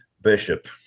Bishop